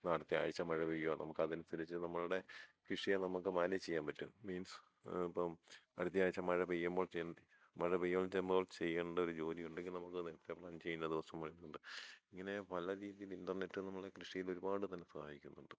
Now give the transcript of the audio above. അടുത്തെ ആഴ്ച്ച മഴ പെയ്യുമോ നമുക്കതനുസരിച്ച് നമ്മളുടെ കൃഷിയെ നമുക്ക് മാനേജ് ചെയ്യാൻ പറ്റും മീൻസ് ഇപ്പം അടുത്ത ആഴ്ച്ച മഴ പെയ്യുമ്പോൾ ചെയ്യ മഴ പെയ്യുമ്പോൾ ചെയ്യേണ്ടൊരു ജോലി ഉണ്ടെങ്കിൽ നമുക്ക് നേരത്തെ പ്ലാൻ ചെയ്യുന്ന ദിവസം വരുന്നുണ്ട് ഇങ്ങനെ പല രീതിയിൽ ഇൻ്റർനെറ്റ് നമ്മുടെ കൃഷിയിൽ ഒരുപാട് തന്നെ സഹായിക്കുന്നുണ്ട്